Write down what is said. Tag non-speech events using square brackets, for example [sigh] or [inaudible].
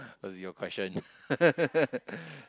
it was your question [laughs]